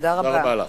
תודה רבה לך.